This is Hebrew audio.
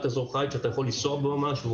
אזור חיץ שאתה יכול לנסוע בו ממש,